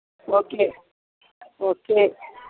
okay okay